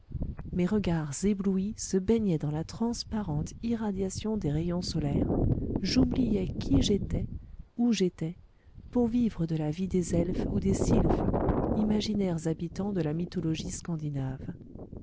mes regards éblouis se baignaient dans la transparente irradiation des rayons solaires j'oubliais qui j'étais où j'étais pour vivre de la vie des elfes ou des sylphes imaginaires habitants de la mythologie scandinave